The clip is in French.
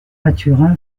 mathurin